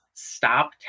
stop